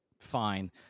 Fine